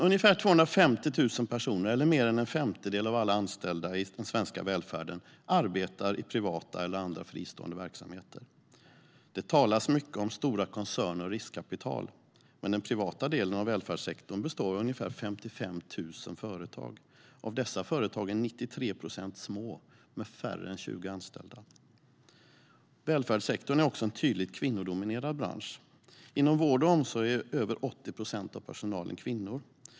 Ungefär 250 000 personer eller mer än en femtedel av alla anställda i den svenska välfärden arbetar i privata eller andra fristående verksamheter. Det talas mycket om stora koncerner och riskkapital. Men den privata delen av välfärdssektorn består av ungefär 55 000 företag. Av dessa företag är 93 procent små, med färre än 20 anställda. Välfärdssektorn är en tydligt kvinnodominerad bransch. Inom vård och omsorg är över 80 procent av personalen kvinnor.